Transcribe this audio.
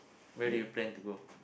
where do you plan to go